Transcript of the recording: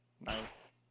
Nice